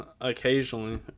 occasionally